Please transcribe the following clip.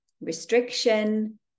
restriction